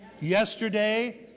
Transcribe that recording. yesterday